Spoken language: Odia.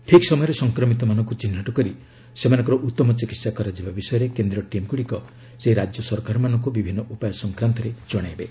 ଠିକ୍ ସମୟରେ ସଂକ୍ରମିତମାନଙ୍କୁ ଚିହ୍ନଟ କରି ସେମାନଙ୍କର ଉତ୍ତମ ଚିକିତ୍ସା କରାଯିବା ବିଷୟରେ କେନ୍ଦ୍ରୀୟ ଟିମ୍ ଗୁଡ଼ିକ ସେହି ରାଜ୍ୟ ସରକାରମାନଙ୍କୁ ବିଭିନ୍ନ ଉପାୟ ସଂକ୍ରାନ୍ତରେ ଜଣାଇବେ